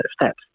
steps